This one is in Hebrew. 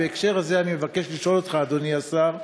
בהקשר הזה אני מבקש לשאול אותך, אדוני השר: